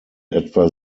etwa